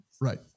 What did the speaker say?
Right